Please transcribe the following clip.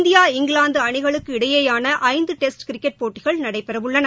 India England அணிகளுக்கு இடையேயான ஐந்து டெஸ்ட் கிரிக்கெட் போட்டகள் நடைபெறவுள்ளன